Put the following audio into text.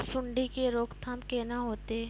सुंडी के रोकथाम केना होतै?